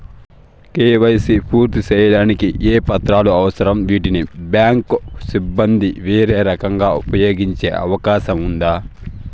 KYC పూర్తి సేయడానికి ఏ పత్రాలు అవసరం, వీటిని బ్యాంకు సిబ్బంది వేరే రకంగా ఉపయోగించే అవకాశం ఉందా?